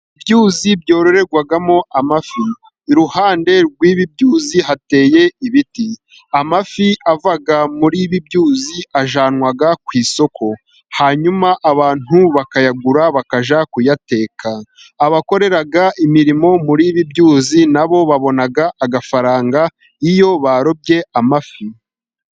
Ibyuzi byororerwamo amafi, iruhande rw'ibi byuzi hateye ibiti, amafi ava muri ibi byuzi ajyanwa ku isoko, hanyuma abantu bakayagura bakajya kuyateka, abakorera imirimo muri ibi byuzi n'abo babona amafaranga iyo barobye amafi.